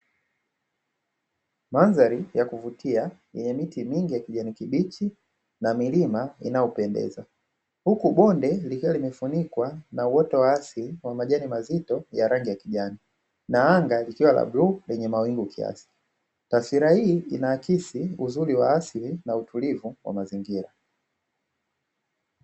Mandhari ya kuvutia, yenye miti mingi ya kijani kibichi na milima inayopendeza, huku bonde likiwa limefunikwa na uoto wa asili wa majani mazito ya rangi ya kijani, na anga likiwa la bluu na mawingu kiasi. Taswira hii inaakisi uzuri wa asili na utulivu wa mazingira.